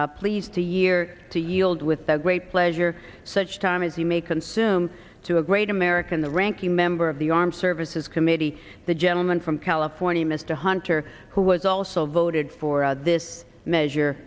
pleased the year to yield with the great pleasure such time as you may consume to a great american the ranking member of the armed services committee the gentleman from california mr hunter who was also voted for this measure